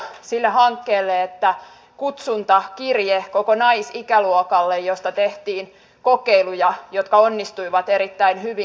mitä kuuluu sille hankkeelle että kutsuntakirje lähetettiin koko naisikäluokalle mistä tehtiin kokeiluja jotka onnistuivat erittäin hyvin